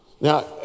Now